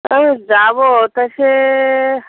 আমি যাবো তা সে